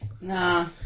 Nah